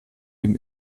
ihm